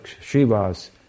Shiva's